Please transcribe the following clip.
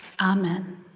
Amen